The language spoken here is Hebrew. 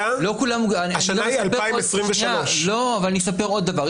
במחילה, השנה היא 2023. אני אספר עוד דבר.